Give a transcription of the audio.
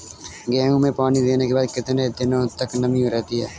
गेहूँ में पानी देने के बाद कितने दिनो तक नमी रहती है?